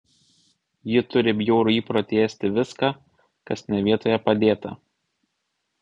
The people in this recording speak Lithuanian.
ji turi bjaurų įprotį ėsti viską kas ne vietoje padėta